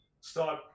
start